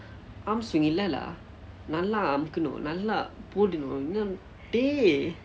arm swing இல்லை:illai lah நல்லா அமுக்கண்ணும் நல்லா போடணும் இன்னும்:nallaa amukkannum nallaa podanum innum dey